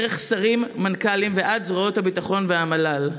דרך שרים ומנכ"לים ועד זרועות הביטחון והמל"ל.